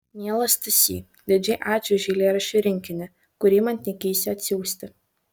mielas stasy didžiai ačiū už eilėraščių rinkinį kurį man teikeisi atsiųsti